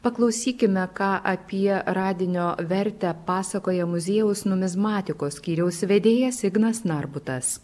paklausykime ką apie radinio vertę pasakoja muziejaus numizmatikos skyriaus vedėjas ignas narbutas